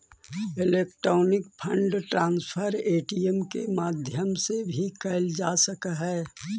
electronic fund transfer ATM के माध्यम से भी कैल जा सकऽ हइ